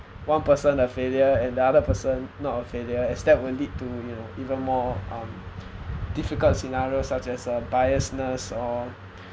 one person a failure and the other person not a failure as that will lead to you know even more um difficult scenarios such as uh biasness or